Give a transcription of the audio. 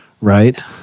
Right